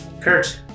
Kurt